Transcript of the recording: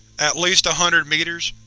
at least a hundred meters.